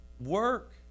Work